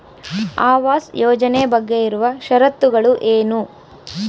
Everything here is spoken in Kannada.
ಆವಾಸ್ ಯೋಜನೆ ಬಗ್ಗೆ ಇರುವ ಶರತ್ತುಗಳು ಏನು?